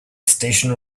station